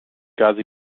gase